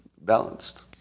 balanced